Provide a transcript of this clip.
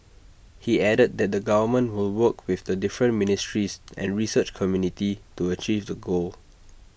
he added that the government will work with the different ministries and research community to achieve the goal